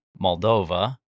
Moldova